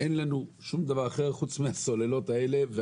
אין לנו שום דבר אחר חוץ מהסוללות האלה.